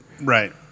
Right